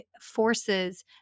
forces